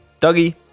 dougie